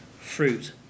fruit